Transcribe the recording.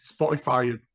Spotify